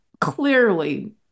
clearly